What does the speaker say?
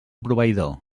proveïdor